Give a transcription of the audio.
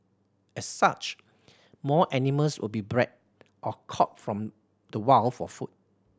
as such more animals will be bred or caught from the wild for food